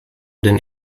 den